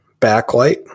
backlight